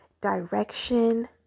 direction